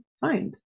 find